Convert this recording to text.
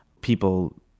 people